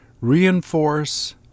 reinforce